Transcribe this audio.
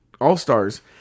All-Stars